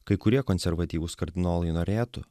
kai kurie konservatyvūs kardinolai norėtų